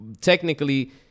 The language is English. technically